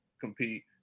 compete